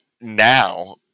now